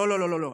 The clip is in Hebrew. לא לא לא לא לא.